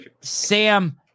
sam